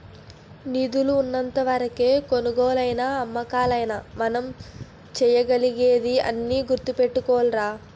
నిధులు ఉన్నంత వరకే కొనుగోలైనా అమ్మకాలైనా మనం చేయగలిగేది అని గుర్తుపెట్టుకోరా